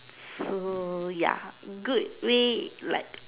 so ya good way like